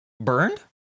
burned